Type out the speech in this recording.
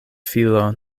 filo